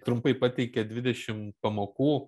trumpai pateikė dvidešim pamokų